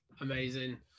Amazing